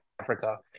Africa